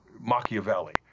Machiavelli